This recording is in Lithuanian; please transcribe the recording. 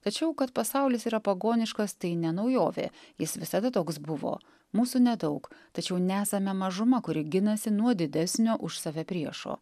tačiau kad pasaulis yra pagoniškas tai ne naujovė jis visada toks buvo mūsų nedaug tačiau nesame mažuma kuri ginasi nuo didesnio už save priešo